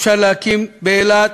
אפשר להקים באילת